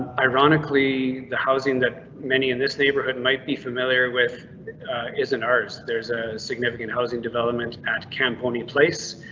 ironically, the housing that many in this neighborhood might be familiar with isn't ours. there's a significant housing development at camponi place,